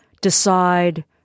decide –